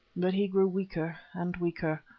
but he grew weaker and weaker.